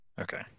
Okay